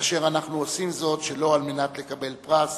כאשר אנחנו עושים זאת שלא על מנת לקבל פרס